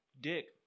dick